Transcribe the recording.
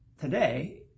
today